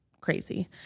crazy